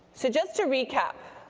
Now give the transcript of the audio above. so just to recap,